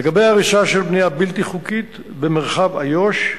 לגבי הריסה של בנייה בלתי חוקית במרחב איו"ש,